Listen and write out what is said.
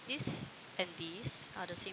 this and this are the same